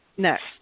next